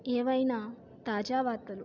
ఏవైనా తాజా వార్తలు